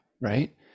right